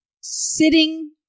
sitting